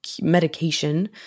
medication